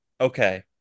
Okay